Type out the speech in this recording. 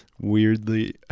Weirdly